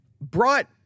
brought